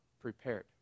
prepared